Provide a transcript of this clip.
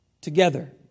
together